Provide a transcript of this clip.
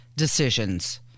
decisions